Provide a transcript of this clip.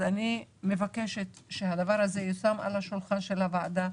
אני מבקשת שהדבר הזה יושם על שולחן הוועדה,